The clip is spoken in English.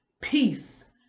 peace